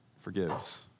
forgives